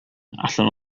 allan